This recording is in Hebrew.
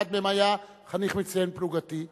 אחד מהם היה חניך מצטיין פלוגתי,